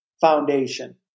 foundation